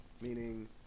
Meaning